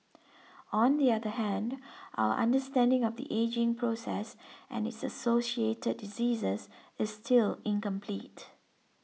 on the other hand our understanding of the ageing process and its associated diseases is still incomplete